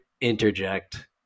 interject